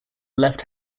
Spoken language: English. left